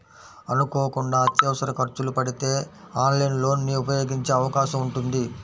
అనుకోకుండా అత్యవసర ఖర్చులు పడితే ఆన్లైన్ లోన్ ని ఉపయోగించే అవకాశం ఉంటుంది